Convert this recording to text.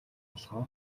болохоор